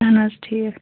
اَہَن حظ ٹھیٖک